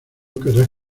querrás